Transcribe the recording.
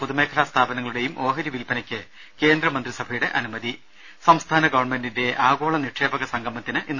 പൊതുമേഖലാ സ്ഥാപനങ്ങളുടെയും ഓഹരി വിൽപനയ്ക്ക് കേന്ദ്രമന്ത്രി സഭയുടെ അനുമതി സംസ്ഥാന ഗവൺമെന്റിന്റെ ആഗോള നിക്ഷേപക സംഗമത്തിന് ഇന്ന്